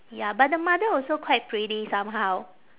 ya but the mother also quite pretty somehow